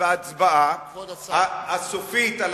בהצבעה הסופית, כבוד השר.